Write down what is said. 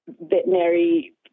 veterinary